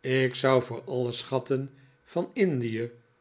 ik zou voor alle schatten van indie